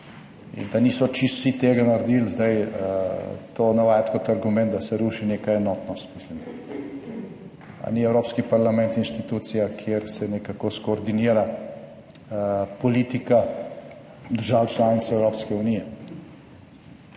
In da niso čisto vsi tega naredili, zdaj to navajati kot argument, da se ruši neka enotnost, mislim? Ali ni Evropski parlament institucija, kjer se nekako skoordinira politika držav članic Evropske unije?